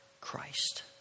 Christ